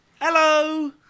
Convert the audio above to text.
Hello